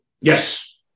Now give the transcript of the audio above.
Yes